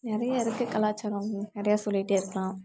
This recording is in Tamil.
நிறையா இருக்குது கலாச்சாரம் நிறையா சொல்லிகிட்டே இருக்கலாம்